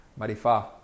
marifa